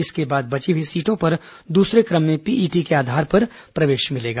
इसके बाद बची हुई सीटों पर दूसरे क्रम में पीईटी के आधार पर प्रवेश मिलेगा